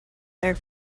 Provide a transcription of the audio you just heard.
air